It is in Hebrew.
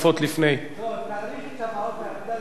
תאריך את הבעות העמדה לשלוש דקות.